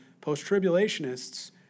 Post-tribulationists